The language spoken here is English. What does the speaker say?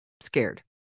scared